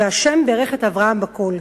וה' ברך את אברהם בכל".